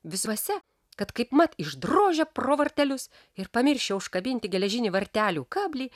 visuose kad kaipmat išdrožė pro vartelius ir pamiršę užkabinti geležinį vartelių kablį